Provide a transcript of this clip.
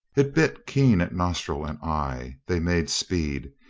it bit keen at nostril and eye. they made speed.